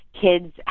kids